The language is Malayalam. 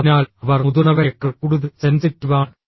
അതിനാൽ അവർ മുതിർന്നവരേക്കാൾ കൂടുതൽ സെൻസിറ്റീവ് ആണ്